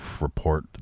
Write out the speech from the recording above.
report